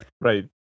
Right